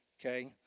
Okay